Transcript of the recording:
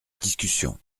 discussion